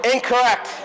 incorrect